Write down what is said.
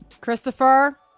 Christopher